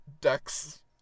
decks